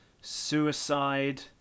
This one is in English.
suicide